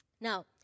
Now